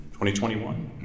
2021